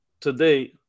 today